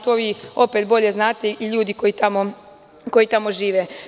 To vi opet bolje znate i ljudi koji tamo žive.